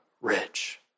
rich